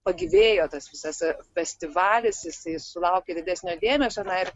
pagyvėjo tas visas festivalis jis sulaukė didesnio dėmesio na ir